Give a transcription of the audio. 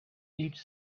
each